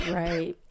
right